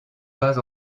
pas